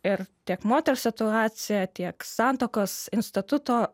ir tiek moters situacija tiek santuokos instituto